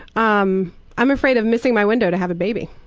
um i'm afraid of missing my window to have a baby.